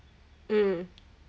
um